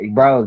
Bro